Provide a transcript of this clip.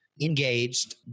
engaged